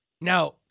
Now